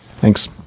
Thanks